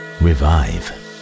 revive